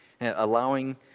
allowing